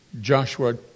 Joshua